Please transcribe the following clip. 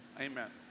Amen